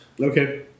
Okay